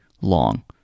long